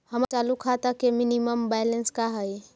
हमर चालू खाता के मिनिमम बैलेंस का हई?